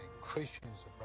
Christians